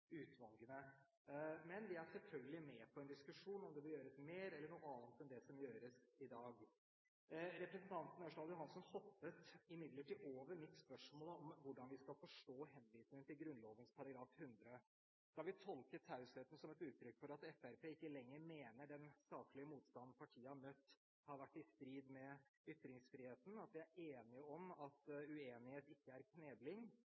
Men vi er selvfølgelig med på en diskusjon om det bør gjøres mer, eller noe annet, enn det som gjøres i dag. Representanten Ørsal Johansen hoppet imidlertid over mitt spørsmål om hvordan vi skal forstå henvisningen til Grunnloven § 100. Skal vi tolke tausheten som et uttrykk for at Fremskrittspartiet ikke lenger mener den saklige motstanden partiet har møtt, har vært i strid med ytringsfriheten, at vi er enige om at uenighet ikke er knebling?